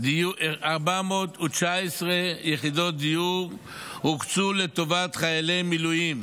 הוקצו 419 יחידות דיור לטובת חיילי מילואים,